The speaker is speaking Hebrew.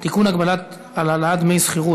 הגבלה על העלאת דמי שכירות),